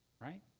right